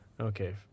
okay